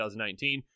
2019